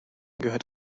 gehört